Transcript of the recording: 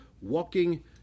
walking